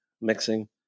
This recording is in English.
mixing